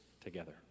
together